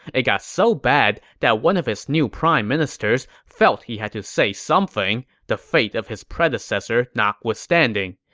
it got so bad that one of his new prime ministers felt he had to say something, the fate of his predecessor notwithstanding.